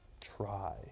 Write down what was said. Try